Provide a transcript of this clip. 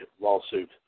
lawsuit